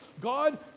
God